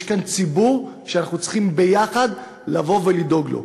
יש כאן ציבור שאנחנו צריכים יחד לבוא ולדאוג לו.